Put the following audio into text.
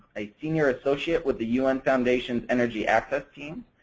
a senior associate with the un foundation's energy access team.